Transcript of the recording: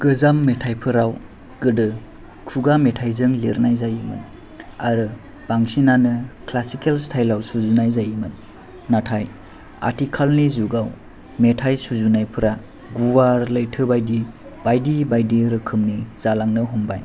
गोजाम मेथाइफोराव गोदो खुगा मेथाइजों लिरनाय जायोमोन आरो बांसिनानो क्लासिकेल स्थाय्लआव सुजुनाय जायोमोन नाथाय आथिखालनि जुगाव मेथाइ सुजुनायफोरा गुवार लैथो बायदि बायदि बायदि रोखोमनि जालांनो हमबाय